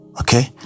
Okay